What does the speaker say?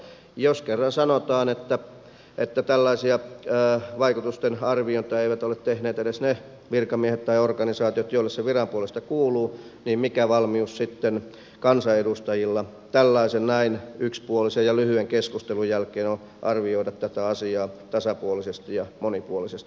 jos kerran sanotaan että tällaisia vaikutusten arviointeja eivät ole tehneet edes ne virkamiehet tai organisaatiot joille se viran puolesta kuuluu niin mikä valmius sitten kansanedustajilla tällaisen näin yksipuolisen ja lyhyen keskustelun jälkeen on arvioida tätä asiaa tasapuolisesti ja monipuolisesti